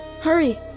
Hurry